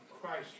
Christ